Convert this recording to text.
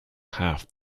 half